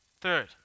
Third